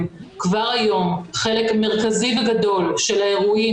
כבר היום חלק מרכזי וגדול של האירועים,